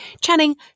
Channing